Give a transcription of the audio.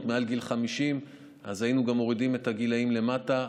מעל גיל 50 אז היינו גם מורידים את הגילים למטה.